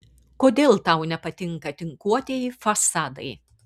kodėl tau nepatinka tinkuotieji fasadai